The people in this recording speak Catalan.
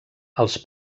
els